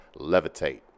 Levitate